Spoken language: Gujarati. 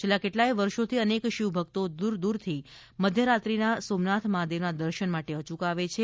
છેલ્લા કેટલાય વર્ષોથી અનેક શિવભકતો દૂર દૂરથી આ મધ્યરાત્રીના સોમનાથ મહાદેવ ના દર્શન માટે અયૂક આવે છે